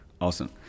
Awesome